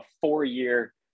four-year